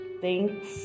thanks